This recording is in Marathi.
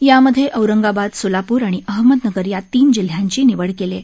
यामध्ये औरंगाबाद सोलापूर आणि अहमदनगर या तीन जिल्ह्यांची निवड केली आहे